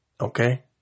Okay